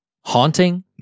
haunting